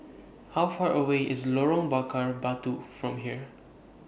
How Far away IS Lorong Bakar Batu from here